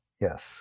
Yes